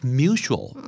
mutual